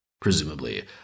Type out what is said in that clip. presumably